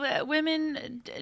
women